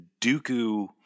Dooku